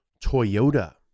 toyota